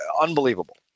unbelievable